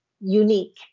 unique